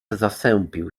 zasępił